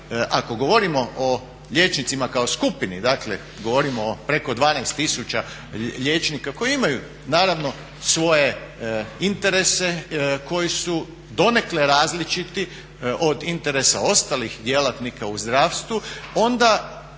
ako govorimo o liječnicima kao skupini, dakle govorimo o preko 12 tisuća liječnika koji imaju naravno svoje interese koji su donekle različiti od interesa ostalih djelatnika u zdravstvu onda